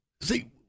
see –